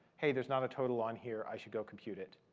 hey, there's not a total on here. i should go compute it.